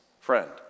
friend